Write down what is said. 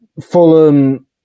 Fulham